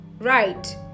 right